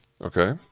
Okay